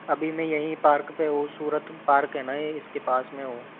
अभी मैं यहीं पार्क पे हूँ सूरत पार्क है न ये इसके पास में हूँ